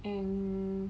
and